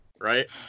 right